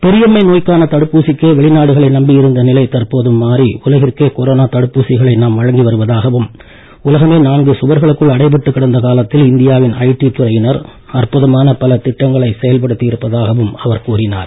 பெரியம்மை நோய்க்கான தடுப்பூசிக்கே வெளிநாடுகளை நம்பி இருந்த நிலை தற்போது மாறி உலகிற்கே கொரோனா தடுப்பூசிகளை நாம் வழங்கி வருவதாகவும் உலகமே நான்கு சுவர்களுக்குள் அடைபட்டுக் கிடந்த காலத்தில் இந்தியாவின் ஐடி துறையினர் அற்புதமான பல திட்டங்களை செயல்படுத்தி இருப்பதாகவும் அவர் கூறினார்